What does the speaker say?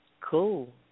Cool